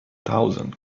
thousand